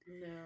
No